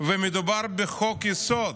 ומדובר בחוק-יסוד,